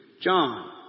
John